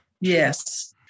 Yes